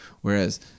whereas